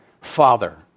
Father